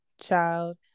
child